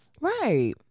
right